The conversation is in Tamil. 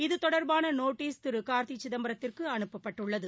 இது தொடர்பானநோட்டீஸ் திருகார்த்திசிதம்பரத்திற்குஅனுப்பப்பட்டுள்ளது